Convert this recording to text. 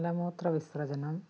മലമൂത്ര വിസർജ്ജനം